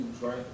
right